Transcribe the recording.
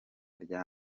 rya